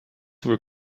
were